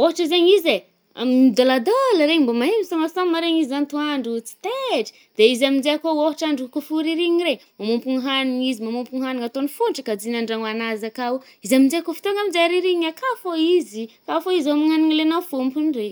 Ôhatra zaigny izy e, am- midôladôla regny, mbô mahay misômasôma regny izy antoandro oh, tsy tetry, de izy aminje kô ôhatr’andro kô fô ririnina re, manômpogny haniny izy, manômpogny hagnina, atôny fontry kajina an-dragno anazy akao. Izy aminje kô fo tônga aminje ririnina akà fô izy, akà fô amin’ny agniny ilaina afômpogny regny.